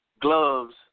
gloves